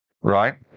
Right